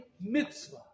mitzvah